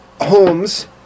Holmes